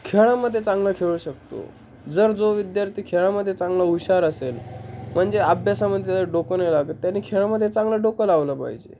खेळामध्ये चांगला खेळू शकतो जर जो विद्यार्थी खेळामध्ये चांगला हुशार असेल म्हणजे अभ्यासामध्ये त्याच डोकं नाही लागत त्यानी खेळामध्ये चांगलं डोकं लावलं पाहिजे